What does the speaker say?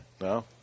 No